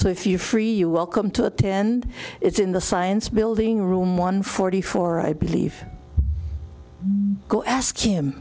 so if you're free you're welcome to attend it's in the science building room one forty four i believe go ask him